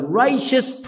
righteous